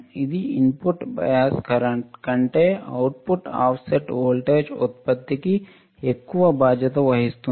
ఇది input bias current కంటే output offset voltage ఉత్పత్తికి ఎక్కువ బాధ్యత వహిస్తుంది